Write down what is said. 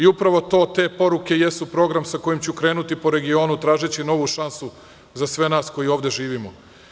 Upravo te poruke jesu program sa kojim ću krenuti po regionu, tražeći novu šansu za sve nas koji ovde živimo.